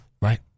Right